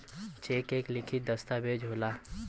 check एक लिखित दस्तावेज होला